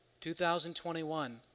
2021